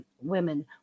women